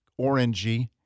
orangey